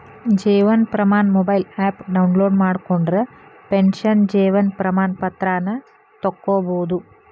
Jeevan Pramaan mobile app download ಮಾಡ್ಕೊಂಡ್ರ pension Jeevan Pramaan ಪತ್ರಾನ ತೊಕ್ಕೊಬೋದು